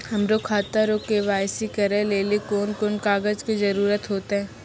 हमरो खाता रो के.वाई.सी करै लेली कोन कोन कागज के जरुरत होतै?